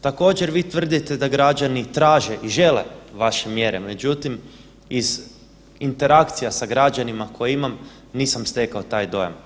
Također vi tvrdite da građani traže i žele vaše mjere, međutim iz interakcija sa građanima koje imam nisam stekao taj dojam.